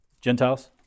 Gentiles